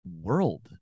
world